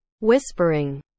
Whispering